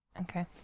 Okay